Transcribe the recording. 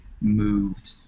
moved